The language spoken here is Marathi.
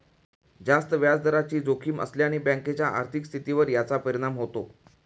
जास्त व्याजदराची जोखीम असल्याने बँकेच्या आर्थिक स्थितीवर याचा परिणाम होतो